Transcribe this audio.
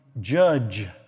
judge